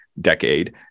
decade